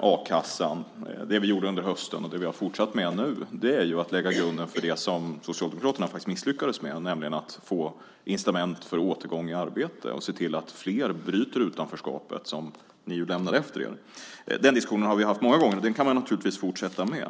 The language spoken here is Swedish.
a-kassan - det vi gjorde under hösten och det vi har fortsatt med nu - är att lägga grunden för det som Socialdemokraterna misslyckades med, nämligen att få incitament för återgång i arbete och se till att fler bryter utanförskapet som ni lämnade efter er. Den diskussionen har vi haft många gånger, och det kan vi naturligtvis fortsätta med.